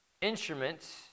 Instruments